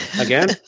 Again